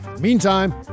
Meantime